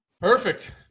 Perfect